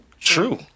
True